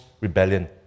rebellion